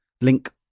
Link